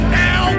now